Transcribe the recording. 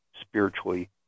spiritually